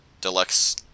deluxe